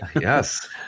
yes